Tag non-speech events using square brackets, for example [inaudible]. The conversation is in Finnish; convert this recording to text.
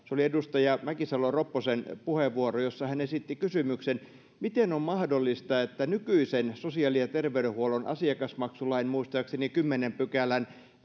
[unintelligible] se oli edustaja mäkisalo ropposen puheenvuoro jossa hän esitti kysymyksen miten on mahdollista että nykyisen sosiaali ja terveydenhuollon asiakasmaksulain muistaakseni kymmenennen pykälän